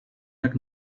jak